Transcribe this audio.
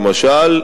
למשל,